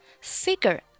figure